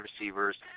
receivers